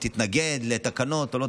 תתנגד לתקנות או לא.